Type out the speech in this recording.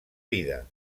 vida